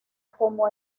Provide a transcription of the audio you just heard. como